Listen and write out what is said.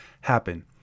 happen